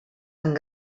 amb